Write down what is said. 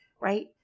right